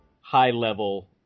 high-level